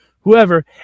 whoever